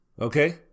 Okay